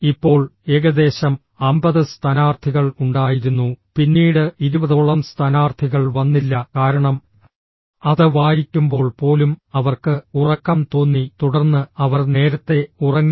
ഇപ്പോൾ ഏകദേശം 50 സ്ഥാനാർത്ഥികൾ ഉണ്ടായിരുന്നു പിന്നീട് 20 ഓളം സ്ഥാനാർത്ഥികൾ വന്നില്ല കാരണം അത് വായിക്കുമ്പോൾ പോലും അവർക്ക് ഉറക്കം തോന്നി തുടർന്ന് അവർ നേരത്തെ ഉറങ്ങി